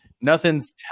nothing's